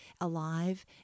alive